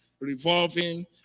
revolving